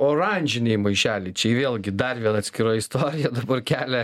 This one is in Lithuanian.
oranžiniai maišeliai čia vėlgi dar viena atskira istorija dabar kelia